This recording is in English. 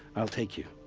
i'll take you.